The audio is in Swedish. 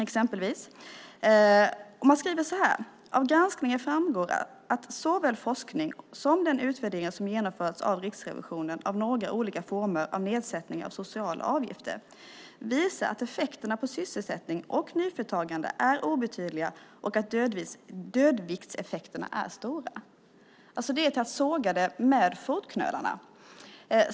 Riksrevisionen skriver att av granskningen framgår att såväl forskning som den utvärdering som har genomförts av Riksrevisionen av några olika former av nedsättningar av sociala avgifter visar att effekterna på sysselsättning och nyföretagande är obetydliga och att dödviktseffekterna är stora. Det är att såga det hela jäms med fotknölarna.